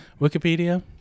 Wikipedia